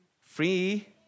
Free